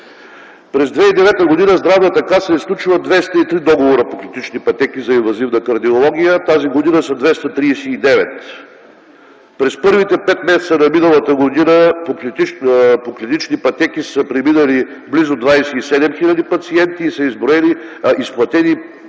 През 2009 г. Здравната каса е сключила 203 договора по клинични пътеки за инвазивна кардиология. Тази година са 239. През първите пет месеца на миналата година по клинични пътеки са преминали близо 27 хиляди пациенти и са изплатени близо